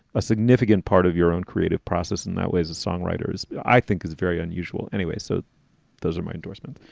a significant part of your own creative process in that way as songwriters, i think is very unusual anyway so those are my endorsement.